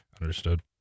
Understood